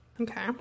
Okay